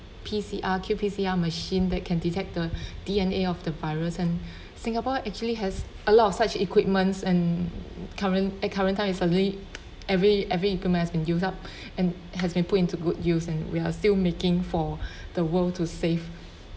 P_C_R Q_P_C_R machine that can detect the D_N_A of the virus and singapore actually has a lot of such equipments and current at current time suddenly is every every equipment has been used up and has been put into good use and we're still making for the world to save